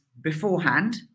beforehand